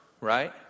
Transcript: Right